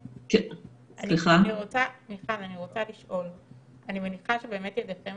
אני רוצה לשאול: אני מניחה שבאמת ידיכם